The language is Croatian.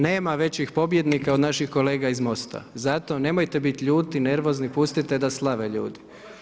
Nema većih pobjednika od naših kolega iz MOST-a zato nemojte biti ljuti, nervozni, pustite da slave ljudi.